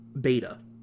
beta